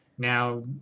Now